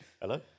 Hello